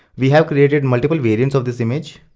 we have created and multiple variants of this image.